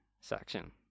section